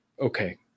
Okay